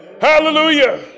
Hallelujah